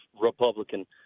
Republican